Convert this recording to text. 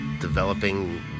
developing